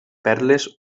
perles